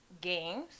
games